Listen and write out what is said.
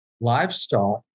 livestock